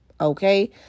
Okay